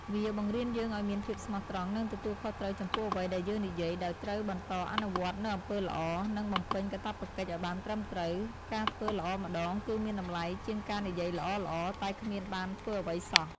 វាបង្រៀនយើងឱ្យមានភាពស្មោះត្រង់ និងទទួលខុសត្រូវចំពោះអ្វីដែលយើងនិយាយ ដោយត្រូវបន្តអនុវត្តនូវអំពើល្អ និងបំពេញកាតព្វកិច្ចឱ្យបានត្រឹមត្រូវ។ ការធ្វើល្អម្តងគឺមានតម្លៃជាងការនិយាយល្អៗតែគ្មានបានធ្វើអ្វីសោះ។